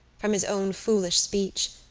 from his own foolish speech,